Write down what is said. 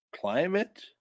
climate